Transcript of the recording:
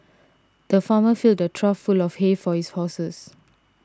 the farmer filled a trough full of hay for his horses